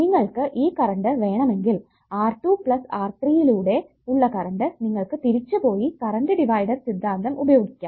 നിങ്ങൾക്ക് ഈ കറണ്ട് വേണമെങ്കിൽ R2 പ്ലസ് R3 യിലൂടെ ഉള്ള കറണ്ട് നിങ്ങൾക്ക് തിരിച്ചു പോയി കറണ്ട് ഡിവൈഡർ സിദ്ധാന്തം ഉപയോഗിക്കാം